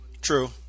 True